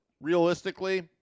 realistically